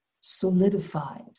solidified